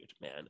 man